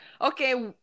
okay